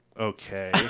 okay